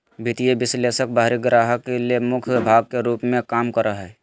वित्तीय विश्लेषक बाहरी ग्राहक ले मुख्य भाग के रूप में काम करा हइ